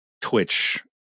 Twitch